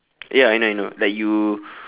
ya I know I know like you